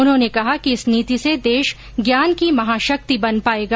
उन्होंने कहा कि इस नीति से देश ज्ञान की महाशक्ति बन पाएगा